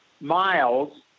miles